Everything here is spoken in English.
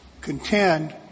contend